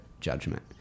judgment